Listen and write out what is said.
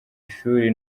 ishuri